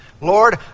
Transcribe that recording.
Lord